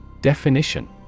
Definition